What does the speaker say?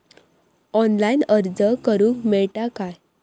Online अर्ज करूक मेलता काय?